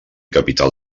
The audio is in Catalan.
capital